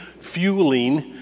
fueling